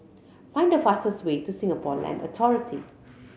find the fastest way to Singapore Land Authority